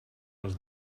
was